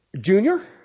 Junior